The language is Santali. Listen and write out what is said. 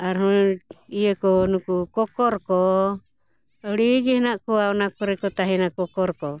ᱟᱨᱦᱚᱸ ᱤᱭᱟᱹ ᱠᱚ ᱱᱩᱠᱩ ᱠᱚᱠᱚᱨ ᱠᱚ ᱟᱹᱰᱤ ᱜᱮ ᱦᱮᱱᱟᱜ ᱠᱚᱣᱟ ᱚᱱᱟ ᱠᱚᱨᱮ ᱠᱚ ᱛᱟᱦᱮᱱᱟ ᱠᱚᱠᱚᱨ ᱠᱚ